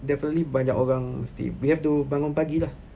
definitely banyak orang mesti we have to bangun pagi lah